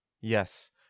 Yes